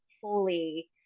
fully